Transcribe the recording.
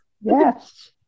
yes